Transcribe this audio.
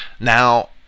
Now